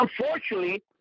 unfortunately